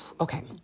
Okay